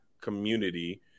community